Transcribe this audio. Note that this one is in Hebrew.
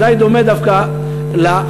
זה די דומה דווקא לחרדים,